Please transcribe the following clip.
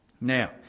Now